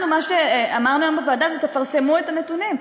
מה שאמרנו היום בוועדה זה: תפרסמו את הנתונים.